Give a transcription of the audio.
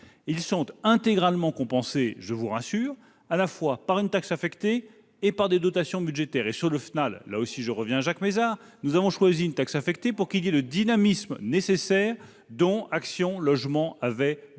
est intégralement compensée, je vous rassure, à la fois par une taxe affectée et par des dotations budgétaires. Quant au FNAL, et je reviens vers Jacques Mézard, nous avons fait le choix d'une taxe affectée pour créer ce dynamisme nécessaire dont Action Logement avait besoin.